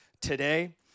today